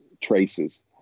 traces